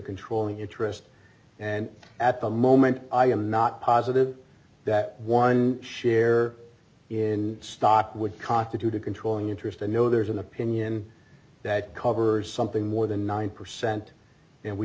controlling interest and at the moment i am not positive that one share in stock would constitute a controlling interest i know there's an opinion that covers something more than nine percent and we